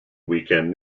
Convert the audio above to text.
weekend